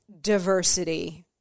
diversity